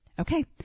Okay